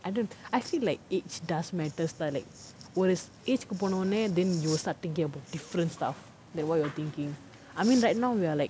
I don't actually like age does matters like ஒரு:oru age க்கு போன்னோனே:ku ponnonae then you will start thinking about different stuff like what you're thinking I mean right now we are like